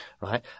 Right